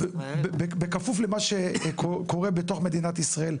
בכפוף למה שקורה בתוך מדינת ישראל,